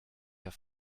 auf